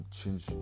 change